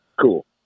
cool